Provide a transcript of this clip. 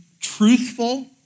truthful